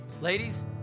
Ladies